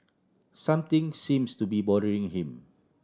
something seems to be bothering him